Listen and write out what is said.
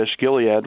Gilead